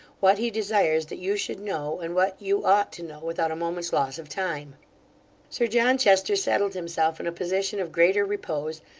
what he desires that you should know, and what you ought to know without a moment's loss of time sir john chester settled himself in a position of greater repose,